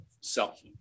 self